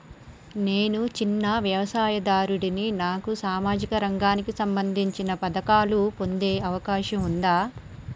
నేను చిన్న వ్యవసాయదారుడిని నాకు సామాజిక రంగానికి సంబంధించిన పథకాలు పొందే అవకాశం ఉందా?